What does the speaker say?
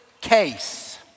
case